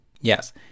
Yes